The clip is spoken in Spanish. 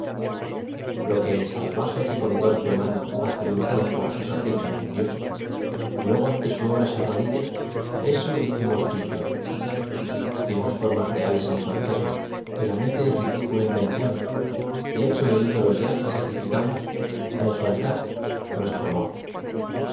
lo que el salvaje que con torpe mano hace de un tronco á su capricho un dios y luego ante su obra se arrodilla eso hicimos tú y yo dimos formas reales á un fantasma de la mente ridícula invención y hecho el ídolo ya sacrificamos en su altar nuestro amor